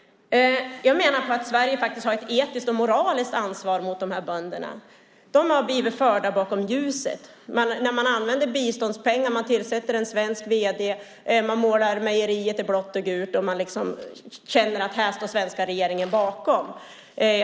Jag menar att Sverige har ett etiskt och moraliskt ansvar gentemot de här bönderna. De har blivit förda bakom ljuset. Man använde biståndspengar, tillsatte en svensk vd och målade mejeriet i blått och gult. Man kände verkligen att det var svenska regeringen som stod bakom detta.